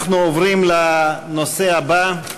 אנחנו עוברים לנושא הבא: